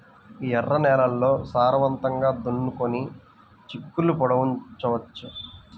ఎర్ర నేలల్లో సారవంతంగా దున్నుకొని చిక్కుళ్ళు పండించవచ్చు